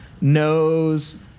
knows